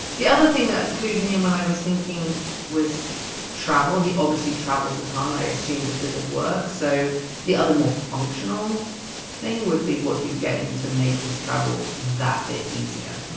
the other thing that clued me in when i was thinking was travel. he obviously travels a ton, i assume, because of work. so the other more functional thing would be what you get him to make his travel that bit easier.